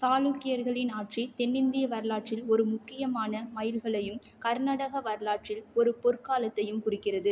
சாளுக்கியர்களின் ஆட்சி தென்னிந்திய வரலாற்றில் ஒரு முக்கியமான மைல்களையும் கர்நாடக வரலாற்றில் ஒரு பொற்காலத்தையும் குறிக்கிறது